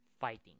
fighting